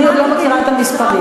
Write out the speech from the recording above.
אני עוד לא מכירה את המספרים.